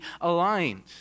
aligned